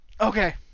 Okay